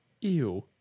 ew